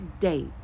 date